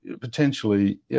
potentially